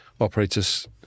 operators